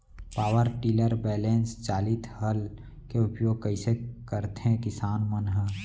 Power tiller बैलेंस चालित हल के उपयोग कइसे करथें किसान मन ह?